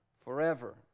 forever